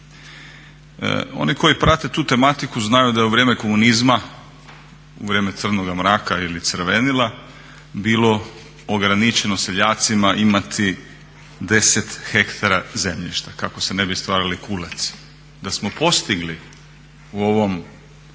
Oni koji prate tu tematiku znaju da je u vrijeme komunizma, u vrijeme crnoga mraka ili crvenila bilo ograničeno seljacima imati 10 hektara zemljišta kako se ne bi stvarali kulaci. Da smo postigli u ovom